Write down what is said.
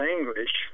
English